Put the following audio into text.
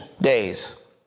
days